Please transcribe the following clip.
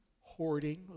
hoarding